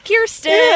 kirsten